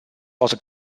also